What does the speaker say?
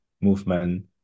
movement